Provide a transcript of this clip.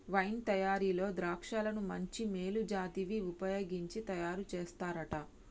wine తయారీలో ద్రాక్షలను మంచి మేలు జాతివి వుపయోగించి తయారు చేస్తారంట